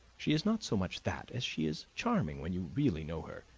she is not so much that as she is charming when you really know her.